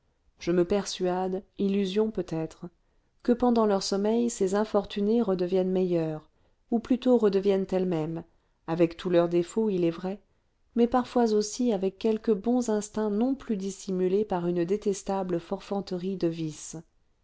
je me persuade illusion peut-être que pendant leur sommeil ces infortunées redeviennent meilleures ou plutôt redeviennent elles-mêmes avec tous leurs défauts il est vrai mais parfois aussi avec quelques bons instincts non plus dissimulés par une détestable forfanterie de vice